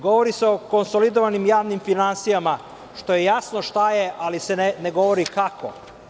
Govori se o konsolidovanim javnim finansijama, što je jasno šta je, ali se ne govori kako.